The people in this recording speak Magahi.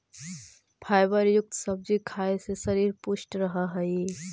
फाइबर युक्त सब्जी खाए से शरीर पुष्ट रहऽ हइ